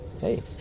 Hey